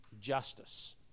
justice